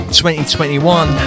2021